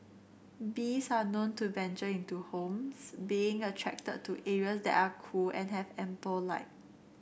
bees are known to venture into homes being attracted to areas that are cool and have ample light